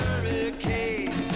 hurricane